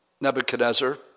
Nebuchadnezzar